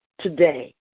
today